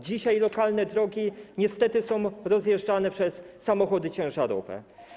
Dzisiaj lokalne drogi niestety są rozjeżdżane przez samochody ciężarowe.